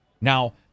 now